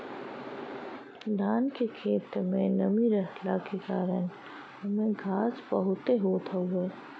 धान के खेत में नमी रहला के कारण ओमे घास बहुते होत हवे